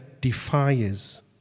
defies